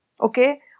Okay